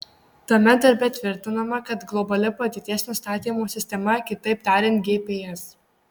tame darbe tvirtinama kad globali padėties nustatymo sistema kitaip tariant gps